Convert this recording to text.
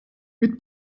mit